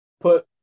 put